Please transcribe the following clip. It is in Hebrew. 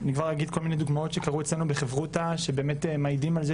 אני כבר אגיד כל מיני דוגמאות שקרו אצלינו בחברותא שבאמת מעידים על זה